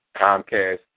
Comcast